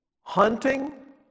hunting